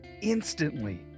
instantly